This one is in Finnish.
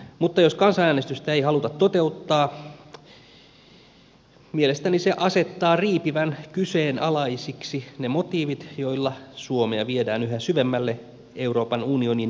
mutta jos kansanäänestystä ei haluta toteuttaa mielestäni se asettaa riipivän kyseenalaisiksi ne motiivit joilla suomea viedään yhä syvemmälle euroopan unionin syövereihin